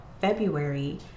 February